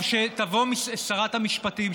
שתבוא שרת המשפטים,